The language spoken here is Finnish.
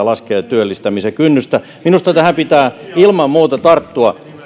laskee työllistäminen kynnystä minusta tähän pitää ilman muuta tarttua